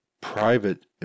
private